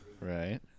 right